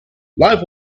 live